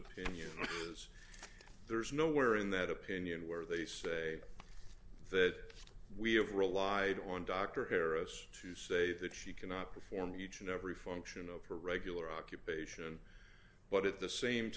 opinion is there's nowhere in that opinion where they say that we have relied on dr harris to say that she cannot perform each and every function of her regular occupation but at the same